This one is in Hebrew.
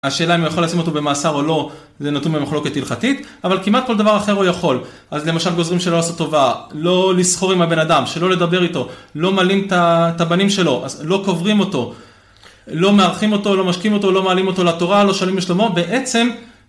השאלה אם הוא יכול לשים אותו במאסר או לא זה נתון במחלוקת הלכתית, אבל כמעט כל דבר אחר הוא יכול, אז למשל גוזרים שלא לעשות טובה, לא לסחור עם הבן אדם, שלא לדבר איתו, לא מעלים את הבנים שלו, לא קוברים אותו, לא מארחים אותו, לא משקים אותו, לא מעלים אותו לתורה, לא שואלים לשלומו, בעצם